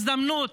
הזדמנות